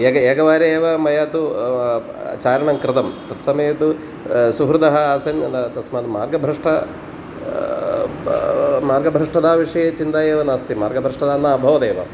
एकम् एकवारम् एव मया तु चारणं कृतं तत्समये तु सुहृदः आसन् अतः तस्मात् मार्गभ्रष्टः मार्गभ्रष्टताविषये चिन्ता एव नास्ति मार्गभ्रष्टता न अभवदेव